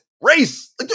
race